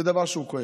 זה דבר שהוא כואב.